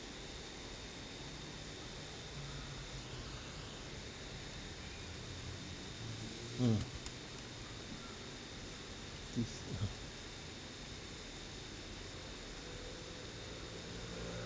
mm